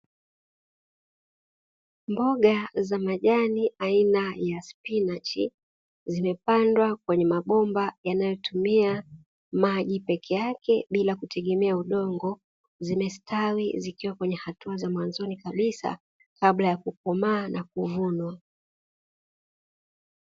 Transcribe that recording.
Mboga za majani aina ya spinachi, zimepandwa kwenye mabomba yanayotumia maji peke yake bila kutegemea udongo, zimestawi zikiwa kwenye hatua za mwanzoni kabisa kabla ya kukomaa na kuvunwa.